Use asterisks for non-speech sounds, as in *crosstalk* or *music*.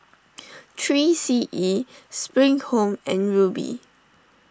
*noise* three C E Spring Home and Rubi